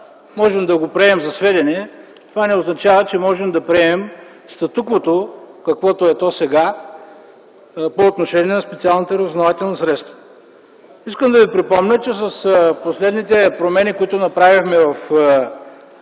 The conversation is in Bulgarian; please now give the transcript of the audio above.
може да го приемем за сведение, това не означава, че можем да приемем статуквото, какво е то сега, по отношение на специалните разузнавателни средства. Искам да Ви припомня, че с последните промени, които направихме в